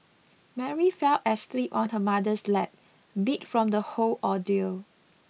Mary fell asleep on her mother's lap beat from the whole ordeal